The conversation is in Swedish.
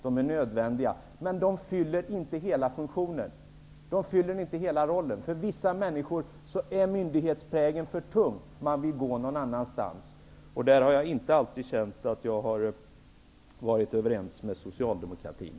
De är nödvändiga, men de fyller inte hela funktionen, de fyller inte hela rollen. För vissa människor är myndighetsprägeln för tung. Man vill gå någon annanstans. Där har jag inte alltid känt att jag har varit överens med socialdemokratin.